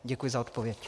Děkuji za odpověď.